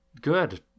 good